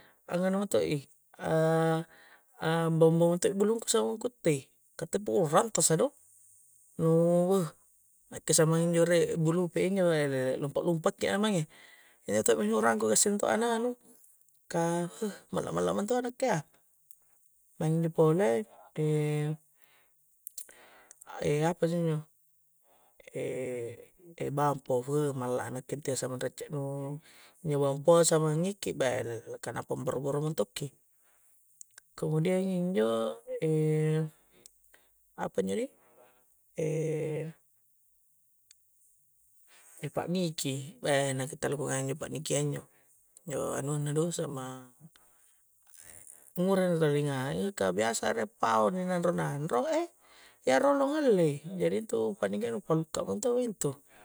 Ngau anu mutto'i a' a'mbobongi' to' bulung ku sa'ngukutte', kah tte' porangtta'sado' nu' beh' nakke sammaing'njo re' bupupe' injo elele lompa'-lompakki a' mange' e' te' mi urangku gassing to' na anu' kah malla'-malla' minto'a nakke'a maeng injo pole e' e' apa isse injo e' e' bampo' beh malla' nakke' intu' ya samang recce' beh injo bampo'a samang ngikki'i, beh elele kah napamboro-boro minto'ki kemudian injo e' e' apa injo' dih e' e' pa'niki weh nakke' tala kungai' injo' pa'niki ya injo' injo nu anuanna do' samang ko ngura tala di ngai'i kah biasa rie' pao' ni nandro-nandro' e' e iya rolo allei' kah jadi intu' panni'kia palluka' mentong' ngintu'.